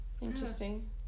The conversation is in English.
Interesting